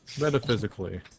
Metaphysically